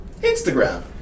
Instagram